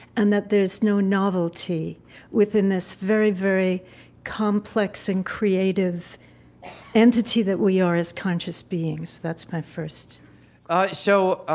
and that there's no novelty within this very, very complex and creative entity that we are as conscious beings. that's my first so,